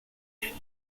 annual